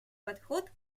подход